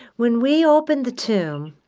when we opened the tomb